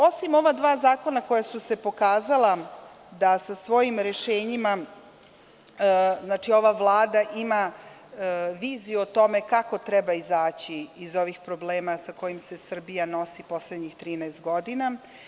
Osim ova dva zakona koja su se pokazala da sa svojim rešenjima, znači, ova Vlada ima viziju o tome kako treba izaći iz ovih problema sa kojima se Srbija nosi u poslednjih 13 godina.